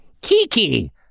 Kiki